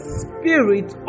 spirit